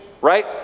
right